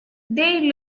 they